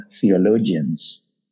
theologians